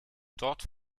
dort